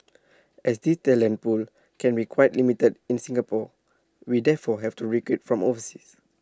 as this talent pool can be quite limited in Singapore we therefore have to recruit from overseas